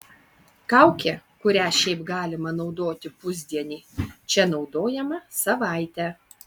kaukė kurią šiaip galima naudoti pusdienį čia naudojama savaitę